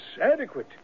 adequate